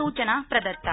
सूचना दत्ता